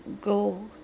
go